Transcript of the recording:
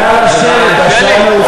חבר הכנסת נסים זאב, נא לשבת, השעה מאוחרת.